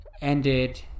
Ended